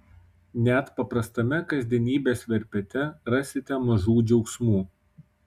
net paprastame kasdienybės verpete rasite mažų džiaugsmų